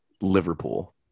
Liverpool